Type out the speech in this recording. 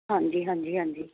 ਹਾਂਜੀ ਹਾਂਜੀ ਹਾਂਜੀ